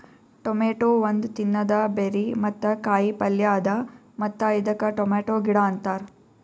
tomato ಒಂದ್ ತಿನ್ನದ berry ಮತ್ತ ಕಾಯಿ ಪಲ್ಯ ಅದಾ ಮತ್ತ ಇದಕ್ ಟೊಮೇಟೊ ಗಿಡ ಅಂತಾರ್